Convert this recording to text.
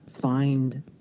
find